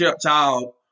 child